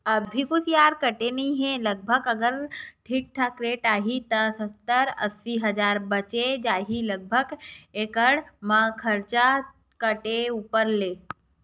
अभी कुसियार कटे नइ हे लगभग अगर ठीक ठाक रेट आही त सत्तर अस्सी हजार बचें जाही लगभग एकड़ म खरचा काटे ऊपर ले